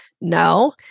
No